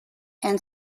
and